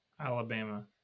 Alabama